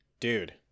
Dude